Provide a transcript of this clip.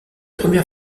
première